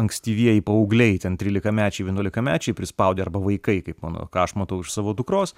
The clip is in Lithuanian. ankstyvieji paaugliai ten trylikamečiai vienuolikamečiai prispaudę arba vaikai kaip mano ką aš matau iš savo dukros